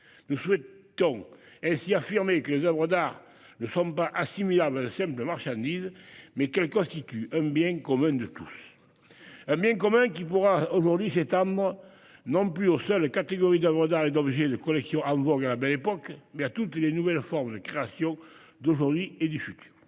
Nous souhaitons ainsi affirmer que les oeuvres d'art ne sont pas assimilables à de simples marchandises, mais qu'elles constituent un bien commun. Ce bien commun pourrait s'étendre demain non plus aux seules catégories d'oeuvres d'art et d'objets de collection en vogue à la Belle Époque, mais à toutes les nouvelles formes de création, d'aujourd'hui et du futur.